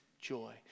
joy